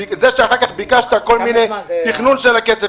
זה שאחרי זה ביקשת תכנון של הכסף,